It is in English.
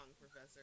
Professor